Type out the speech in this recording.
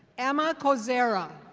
emma cozera.